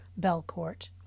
Belcourt